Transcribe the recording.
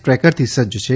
દ્રેકરથી સજ્જ છે